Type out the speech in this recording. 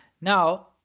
now